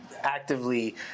actively